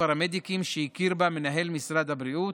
פרמדיקים שהכיר בה מינהל משרד הבריאות,